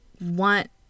want